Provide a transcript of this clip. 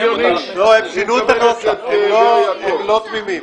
לא, הם שינו את הנוסח, הם לא תמימים.